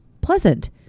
pleasant